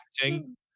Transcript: acting